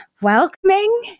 welcoming